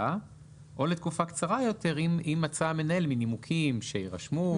או לתקופה קצרה יותר אם מצא המנהל מנימוקים שיירשמו.